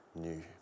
new